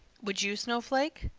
would you, snowflake?